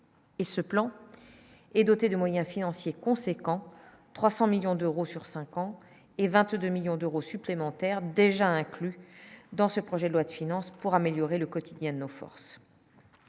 Et ce plan est dotée de moyens financiers conséquents : 300 millions d'euros sur 5 ans et 22 millions d'euros supplémentaires déjà inclus dans ce projet de loi de finances pour améliorer le quotidien de nos forces,